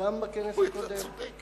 גם בכנס הקודם,